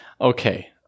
Okay